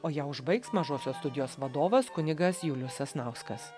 o ją užbaigs mažosios studijos vadovas kunigas julius sasnauskas